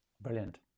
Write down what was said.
Brilliant